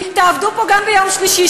תעבדו פה גם ביום שלישי,